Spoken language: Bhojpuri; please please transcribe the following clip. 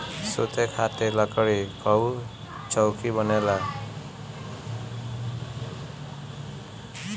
सुते खातिर लकड़ी कअ चउकी बनेला